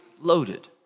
loaded